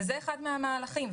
וזה אחד מן המהלכים.